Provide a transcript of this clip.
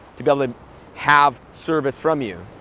to be able to have service from you,